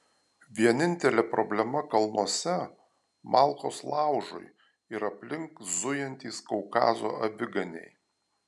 vienintelė problema kalnuose malkos laužui ir aplink zujantys kaukazo aviganiai